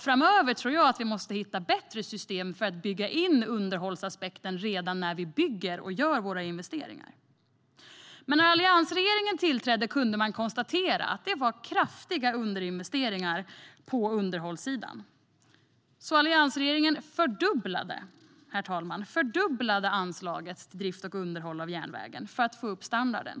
Framöver måste vi hitta bättre system för att bygga in underhållsaspekten redan när vi bygger och gör våra investeringar. När alliansregeringen tillträdde kunde man konstatera att det hade varit kraftiga underinvesteringar på underhållssidan. Alliansregeringen fördubblade anslaget, herr talman, till drift och underhåll av järnvägen för att få upp standarden.